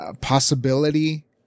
possibility